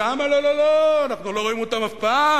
שם, לא, לא, לא, אנחנו לא רואים אותם אף פעם.